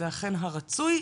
זה אכן הרצוי,